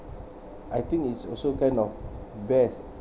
I think it's also kind of best